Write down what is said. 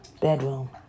bedroom